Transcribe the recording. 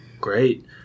Great